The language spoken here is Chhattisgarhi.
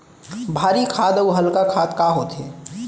भारी खाद अऊ हल्का खाद का होथे?